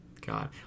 God